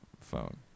phone